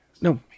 No